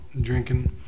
drinking